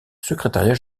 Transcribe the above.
secrétariat